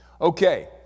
Okay